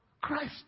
Christ